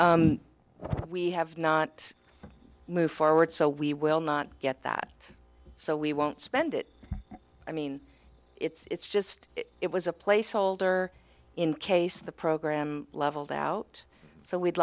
we have not moved forward so we will not get that so we won't spend it i mean it's just it was a placeholder in case the program leveled out so we'd